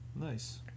Nice